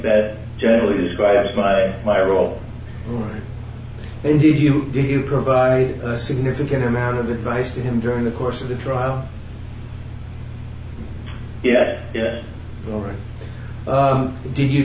that generally describes my my role and did you do you provide significant amount of advice to him during the course of the trial yeah yeah all right did you